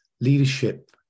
leadership